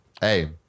Hey